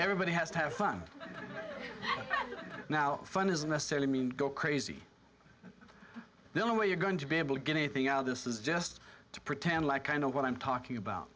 everybody has to have fun now fun isn't necessarily mean go crazy the only way you're going to be able to get anything out of this is just to pretend like i know what i'm talking about